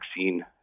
vaccine